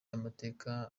amateka